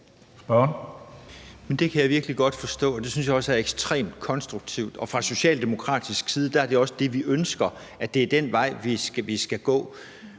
Det kan jeg virkelig godt forstå, og det synes jeg også er ekstremt konstruktivt. Fra socialdemokratisk side er det også det, vi ønsker, altså at det er den vej, vi skal gå.